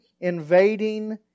invading